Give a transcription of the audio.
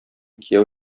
кияү